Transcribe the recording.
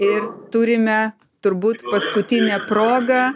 ir turime turbūt paskutinę proga